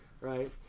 right